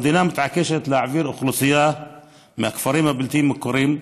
המדינה מתעקשת להעביר לעיר אוכלוסייה מהכפרים הבלתי-מוכרים,